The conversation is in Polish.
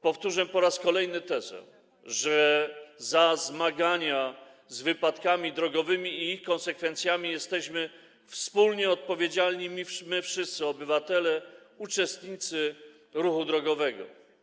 Powtórzę po raz kolejny tezę, że za zmagania z wypadkami drogowymi i ich konsekwencjami jesteśmy wspólnie odpowiedzialni my, wszyscy obywatele, uczestnicy ruchu drogowego.